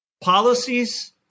policies